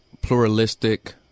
pluralistic